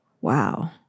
Wow